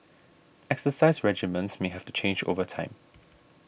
exercise regimens may have to change over time